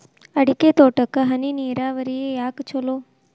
ಅಡಿಕೆ ತೋಟಕ್ಕ ಹನಿ ನೇರಾವರಿಯೇ ಯಾಕ ಛಲೋ?